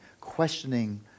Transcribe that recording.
questioning